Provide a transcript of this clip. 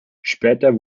später